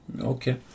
Okay